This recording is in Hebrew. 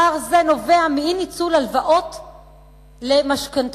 פער זה נובע מאי-ניצול הלוואות למשכנתאות.